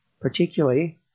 particularly